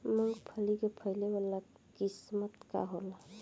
मूँगफली के फैले वाला किस्म का होला?